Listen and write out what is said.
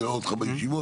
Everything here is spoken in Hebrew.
אני רואה אותך בישיבות,